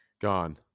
gone